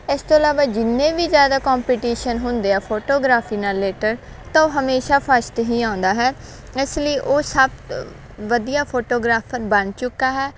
ਇਸ ਤੋਂ ਇਲਾਵਾ ਜਿੰਨੇ ਵੀ ਜ਼ਿਆਦਾ ਕੰਪੀਟੀਸ਼ਨ ਹੁੰਦੇ ਆ ਫੋਟੋਗ੍ਰਾਫੀ ਨਾਲ ਰਿਲੇਟਡ ਤਾਂ ਉਹ ਹਮੇਸ਼ਾ ਫਸਟ ਹੀ ਆਉਂਦਾ ਹੈ ਇਸ ਲਈ ਉਹ ਸਭ ਵਧੀਆ ਫੋਟੋਗ੍ਰਾਫਰ ਬਣ ਚੁੱਕਾ ਹੈ